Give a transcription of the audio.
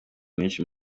menshi